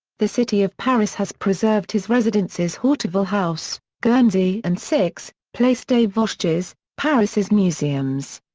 the city of paris has preserved his residences hauteville house, guernsey and six, place des vosges, paris as museums.